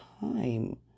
time